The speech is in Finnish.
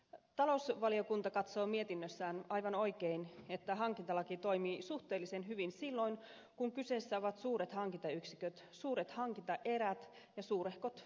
talousvaliokunta katsoo mietinnössään aivan oikein että hankintalaki toimii suhteellisen hyvin silloin kun kyseessä ovat suuret hankintayksiköt suuret hankintaerät ja suurehkot yritykset